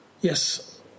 Yes